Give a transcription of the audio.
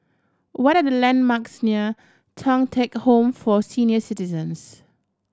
what are the landmarks near Thong Teck Home for Senior Citizens